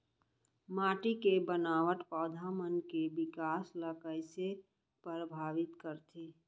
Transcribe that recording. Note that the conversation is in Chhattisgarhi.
माटी के बनावट पौधा मन के बिकास ला कईसे परभावित करथे